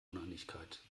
uneinigkeit